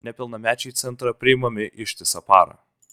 nepilnamečiai į centrą priimami ištisą parą